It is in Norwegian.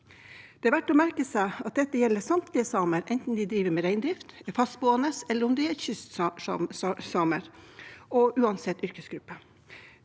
Det er verdt å merke seg at dette gjelder samtlige samer, enten de driver med reindrift, er fastboende eller er kystsamer, og uansett yrkesgruppe.